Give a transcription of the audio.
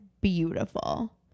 beautiful